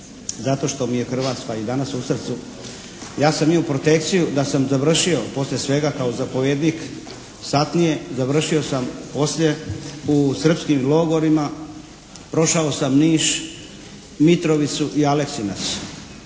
zato što mi je Hrvatska i danas u srcu. Ja sam imao protekciju da sam završio poslije svega kao zapovjednik satnije, završio sam poslije u srpskim logorima. Prošao sam Niš, Mitrovicu i Aleksinac.